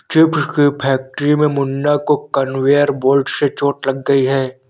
chips की factory में मुन्ना को कन्वेयर बेल्ट से चोट लगी है